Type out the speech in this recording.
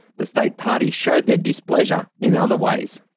the state party showed their displeasure in other ways.